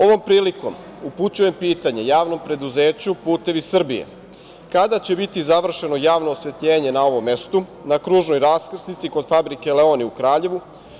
Ovom prilikom upućujem pitanje JP „Putevi Srbije“ – kada će biti završeno javno osvetljenje na ovom mestu, na kružnoj raskrsnici kod fabrike „Leoni“ u Kraljevu?